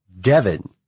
Devon